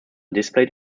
displayed